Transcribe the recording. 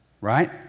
right